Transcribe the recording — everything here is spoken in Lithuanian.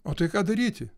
o tai ką daryti